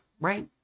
Right